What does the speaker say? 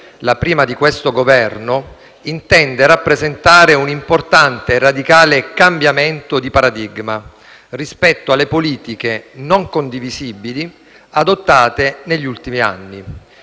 la prima di questo Governo, intende rappresentare un importante e radicale cambiamento di paradigma rispetto alle politiche non condivisibili adottate negli ultimi anni,